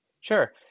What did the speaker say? Sure